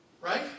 Right